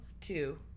Two